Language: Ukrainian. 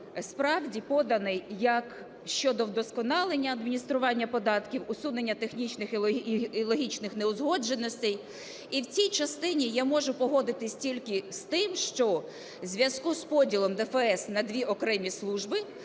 справді, поданий як щодо вдосконалення адміністрування податків, усунення технічних і логічних неузгодженостей. І в цій частині я можу погодитись тільки з тим, що в зв’язку з поділом ДФС на дві окремі служби,